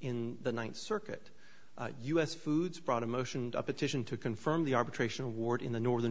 in the ninth circuit u s foods brought a motion a petition to confirm the arbitration award in the northern